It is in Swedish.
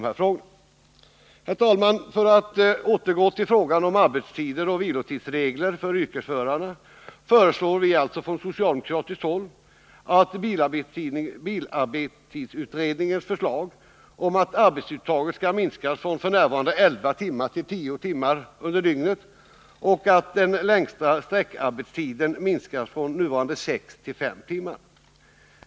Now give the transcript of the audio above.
Herr talman! För att återgå till frågan om arbetstidsoch vilotidsreglerna för yrkesförare vill jag framhålla, att vi från socialdemokratiskt håll i enlighet med bilarbetstidsutredningens förslag föreslår att arbetstidsuttaget skall minskas från f. n. elva timmar till tio timmar per dygn och att den längsta sträckarbetstiden minskas från sex till fem timmar.